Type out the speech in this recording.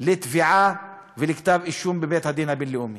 לתביעה ולכתב אישום בבית-הדין הבין-לאומי.